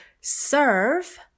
serve